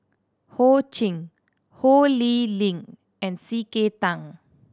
Ho Ching Ho Lee Ling and C K Tang